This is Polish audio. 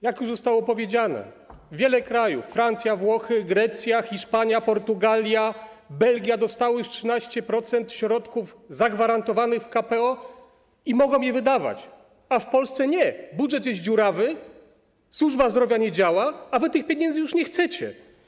Jak już zostało powiedziane, wiele krajów: Francja, Włochy, Grecja, Hiszpania, Portugalia, Belgia, dostało już 13% środków zagwarantowanych w KPO i mogą je wydawać, a w Polsce budżet jest dziurawy, służba zdrowia nie działa, a wy tych pieniędzy już nie chcecie.